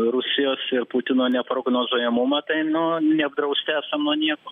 rusijos ir putino neprognozuojamumą tai nuo neapdrausti esam nuo nieko